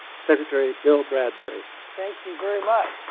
secretary bill bradbury. thank you very much.